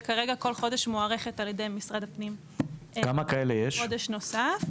שכרגע כל חודש מוארכת על ידי משרד הפנים לחודש נוסף.